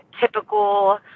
typical